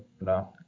No